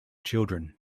children